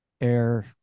air